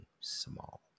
small